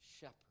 shepherd